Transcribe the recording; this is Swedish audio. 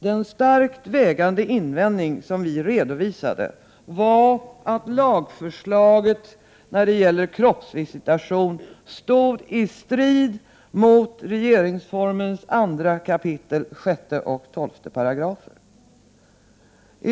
Den tungt vägande invändning som vi redovisade var att lagförslaget när det gäller kroppsvisitation stod i strid mot regeringsformens 2 kap. 6 och 12 §§.